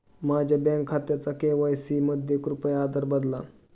माझ्या बँक खात्याचा के.वाय.सी मध्ये कृपया आधार बदला